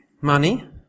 money